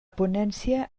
ponència